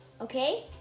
Okay